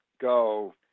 go